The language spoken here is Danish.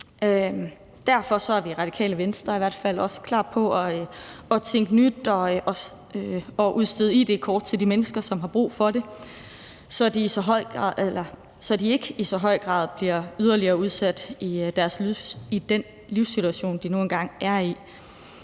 Derfor er vi i Radikale Venstre i hvert fald også klar til at tænke nyt og udstede id-kort til de mennesker, som har brug for det, så de ikke i så høj grad bliver yderligere udsat i den livssituation, de nu engang er i.